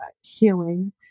healing